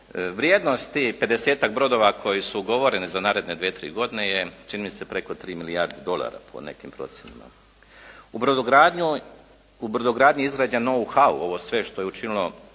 Vrijednost tih pedesetak brodova koji su ugovoreni za naredne dvije, tri godine je čini mi se preko 3 milijardi dolara po nekim procjenama. U brodogradnji izrađa novu halu, ovo sve što je učinilo